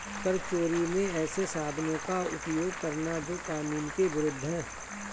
कर चोरी में ऐसे साधनों का उपयोग करना जो कानून के विरूद्ध है